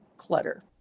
clutter